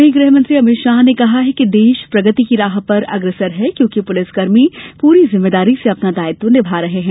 वहीं गृहमंत्री अमित शाह ने कहा है कि देश प्रगति की राह पर अग्रसर है क्योंकि प्रलिसकर्मी पूरी जिम्मेदारी से अपना दायित्व निभा रहे हैं